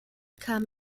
kam